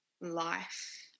life